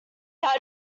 that